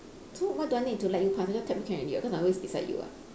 so why do I need to let you pass I just tap you can already [what] cause I always beside you [what]